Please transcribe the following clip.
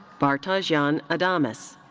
bartosz jan adamus.